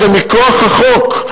זה מכוח החוק.